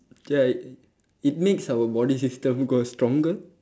ya it it makes our body system grow stronger